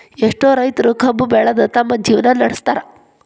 ಎಷ್ಟೋ ರೈತರು ಕಬ್ಬು ಬೆಳದ ತಮ್ಮ ಜೇವ್ನಾ ನಡ್ಸತಾರ